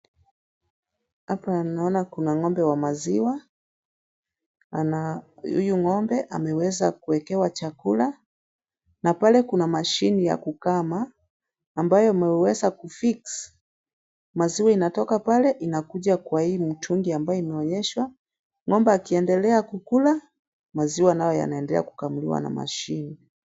Hapa naona kuna ng'ombe wa maziwa, ana huyu ng'ombe ameweza kuwekewa chakula, na pale kuna mashini ya kukama, ambayo imeweza kufix maziwa inatoka pale, inakuja kwa hii mtungi ambaye imeonyeshwa. Ng'ombe akiendelea kukula, maziwa nao yanaendelea kukamuliwa na mashini.